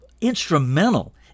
instrumental